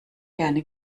gerne